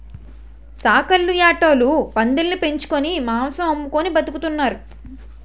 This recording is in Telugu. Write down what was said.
సాకల్లు యాటోలు పందులుని పెంచుకొని మాంసం అమ్ముకొని బతుకుతున్నారు